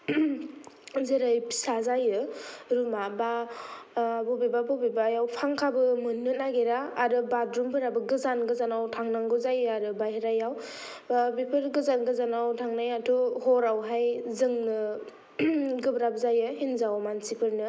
जेरै फिसा जायो रुमा बा बबेबा बबेबायाव फांकाबो मोननो नागिरा आरो बातरुमफोराबो गोजान गोजानाव थांनांगौ जायो आरो बायह्रायाव बेफोर गोजान गोजानाव थांनायाथ' हराव हाय जोंनो गोब्राब जायो हिन्जाव मानसिफोरनो